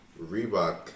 Reebok